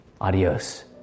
Adios